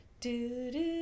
Do-do